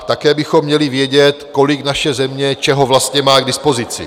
Také bychom měli vědět, kolik naše země čeho vlastně má k dispozici...